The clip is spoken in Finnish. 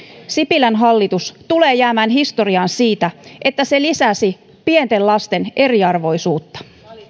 sipilän hallitus tulee jäämään historiaan siitä että se lisäsi pienten lasten eriarvoisuutta